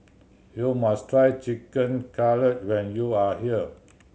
you must try Chicken Cutlet when you are here